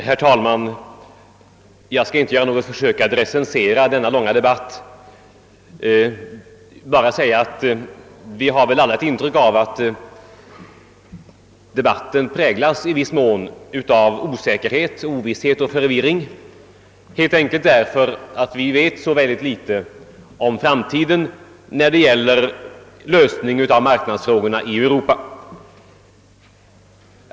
Herr talman! Jag skall inte göra något försök att recensera den här långa debatten. Men vi har väl alla ett intryck av att den i viss mån präglats av osäkerhet och förvirring helt enkelt därför att vi vet så litet om framtiden då det gäller lösningen av marknadsfrågorna i Europa.